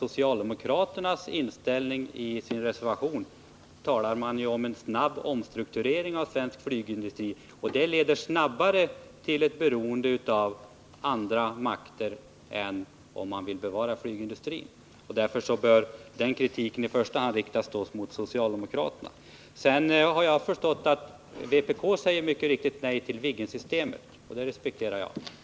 Socialdemokraterna talar nämligen i sin reservation om snabb omstrukturering av svensk flygindustri, och det leder fortare till ett beroende av andra makter än om man bevarar flygindustrin. Därför bör denna kritik i första hand riktas mot socialdemokraterna. Jag har förstått att vpk säger nej till Viggensystemet, och det respekterar jag.